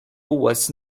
was